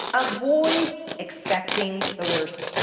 avoid expecting the worst.